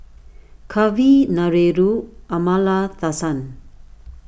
Kavignareru Amallathasan